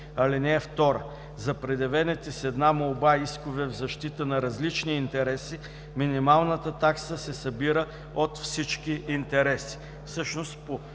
(2) За предявените с една молба искове в защита на различни интереси минималната такса се събира от всички интереси.“